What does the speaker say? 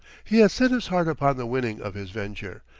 he had set his heart upon the winning of his venture,